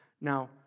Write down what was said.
Now